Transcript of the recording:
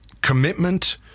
commitment